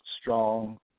strong